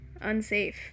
unsafe